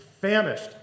famished